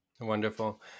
Wonderful